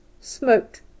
smoked